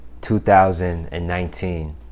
2019